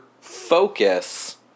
focus